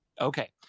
Okay